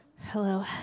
Hello